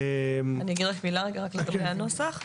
אגיד מילה לגבי הנוסח.